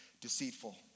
deceitful